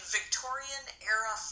Victorian-era